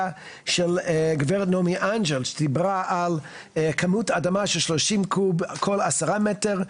של גב' נעמי אנג'ל: שדיברה על כמות אדמה של 30 קוב כל 10 מטר,